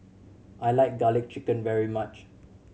I like Garlic Chicken very much